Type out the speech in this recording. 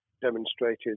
demonstrated